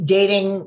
Dating